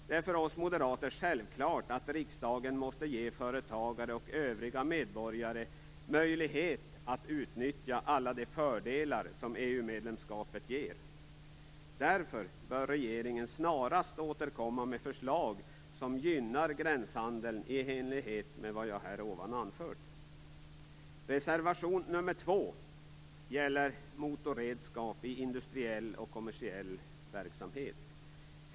Det är för oss moderater självklart att riksdagen måste ge företagare och övriga medborgare möjlighet att utnyttja alla de fördelar som EU-medlemskapet ger. Därför bör regeringen snarast återkomma med förslag som gynnar gränshandeln i enlighet med vad jag här anfört. Reservation 2 gäller motorredskap i industriell och kommersiell verksamhet.